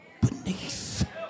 beneath